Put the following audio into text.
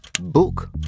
Book